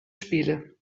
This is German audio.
spiele